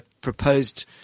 proposed